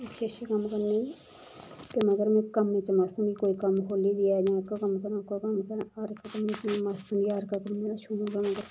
अच्छे अच्छे कम्म करां ते मगर में कम्मै च मस्त ऐ मी कोई कम्म खोह्ल्ली देऐ जां ओह्का कम्म करां ओह्का कम्म करां हर इक कम्म च में मस्त ऐ में हर कम्म शुकर करां